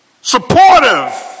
supportive